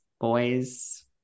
boys